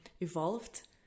evolved